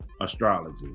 astrology